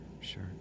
Sure